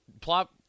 plop